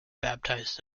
baptized